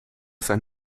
sein